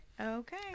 Okay